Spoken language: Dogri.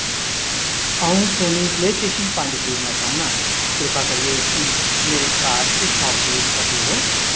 अ'ऊं सोनी प्लेस्टेशन पंज खरीदना चाह्न्नां कृपा करियै इसगी मेरे कार्ट च शापक्लूज पर जोड़ो